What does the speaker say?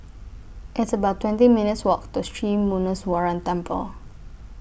It's about twenty minutes' Walk to Sri Muneeswaran Temple